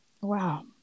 Wow